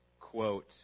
quote